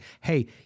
hey